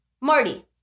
Marty